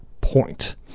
point